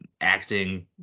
acting